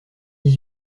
dix